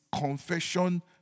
confession